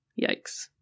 yikes